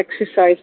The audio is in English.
exercise